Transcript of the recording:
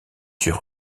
sur